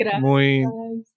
muy